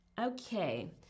Okay